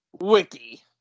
Wiki